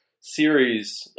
series